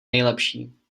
nejlepší